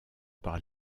par